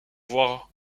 voir